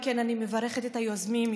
אני מברכת את היוזמים,